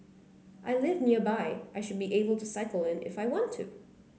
I live nearby I should be able to cycle in if I want to